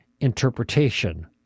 interpretation